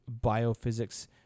biophysics